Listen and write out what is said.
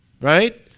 Right